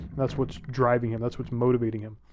that's what's driving him, that's what's motivating him.